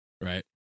Right